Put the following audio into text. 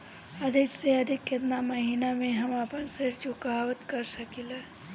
अधिक से अधिक केतना महीना में हम आपन ऋण चुकता कर सकी ले?